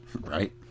right